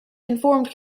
informed